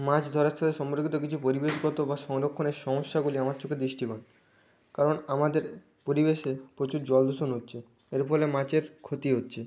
মাছ ধরার সাথে সম্পর্কিত কিছু পরিবেশগত বা সংরক্ষণের সমস্যাগুলি আমার চোখে দৃষ্টিকর কারণ আমাদের পরিবেশে প্রচুর জল দূষণ হচ্ছে এর ফলে মাচের ক্ষতি হচ্ছে